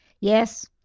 Yes